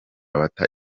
bata